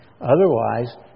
otherwise